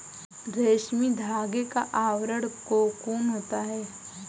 रेशमी धागे का आवरण कोकून होता है